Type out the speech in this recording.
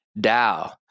DAO